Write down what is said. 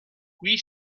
qui